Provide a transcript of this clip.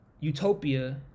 utopia